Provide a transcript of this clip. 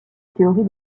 théorie